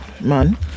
man